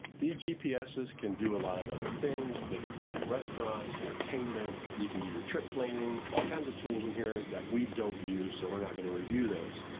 these gps is can do a lot of other things. they can find restaurants, entertainment, you can do your trip planning, all kinds of tools in here that we don't use so we're not gonna review those.